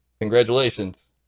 Congratulations